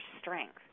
strength